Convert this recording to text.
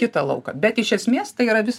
kitą lauką bet iš esmės tai yra vis